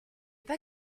pas